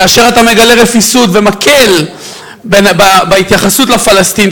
כאשר אתה מגלה רפיסות ומקל בהתייחסות לפלסטינים,